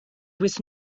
with